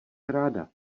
ráda